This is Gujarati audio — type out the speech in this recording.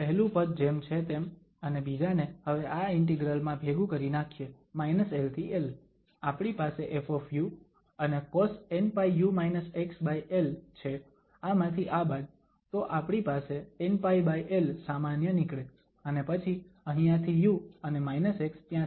પહેલું પદ જેમ છે તેમ અને બીજાને હવે આ ઇન્ટિગ્રલ માં ભેગું કરી નાખીએ l થી l આપણી પાસે ƒ અને cosnπu xl છે આ માથી આ બાદ તો આપણી પાસે nπl સામાન્ય નીકળે અને પછી અહીંયા થી u અને x ત્યાંથી